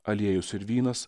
aliejus ir vynas